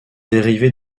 dérivé